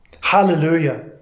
Hallelujah